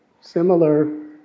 Similar